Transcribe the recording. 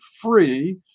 free